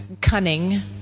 cunning